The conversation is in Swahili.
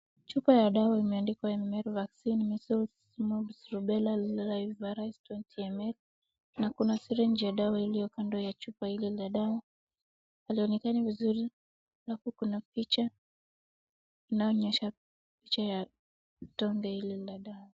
Chupa ya dawa imeandikwa MRO vaccine, measles, mumps, rubella, live virus 20 ml na kuna syringe ya dawa iliyo kando ya chupa hii ya dawa. Halionekani vizuri na huku kuna picha inaonyesha picha ya kidonge hiki la dawa.